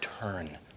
turn